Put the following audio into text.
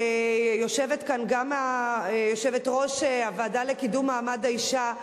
יושבת כאן גם יושבת-ראש הוועדה לקידום מעמד האשה,